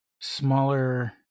smaller